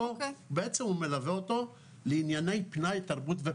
בעצם, הוא מלווה אותו לענייני פנאי ותרבות.